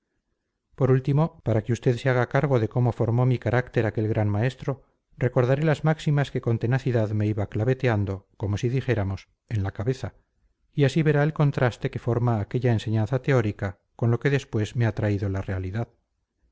por último para que usted se haga cargo de cómo formó mi carácter aquel gran maestro recordaré las máximas que con tenacidad me iba claveteando como si dijéramos en la cabeza y así verá el contraste que forma aquella enseñanza teórica con lo que después me ha traído la realidad